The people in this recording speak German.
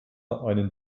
einen